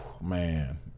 man